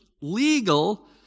legal